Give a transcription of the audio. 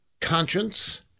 conscience